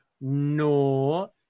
No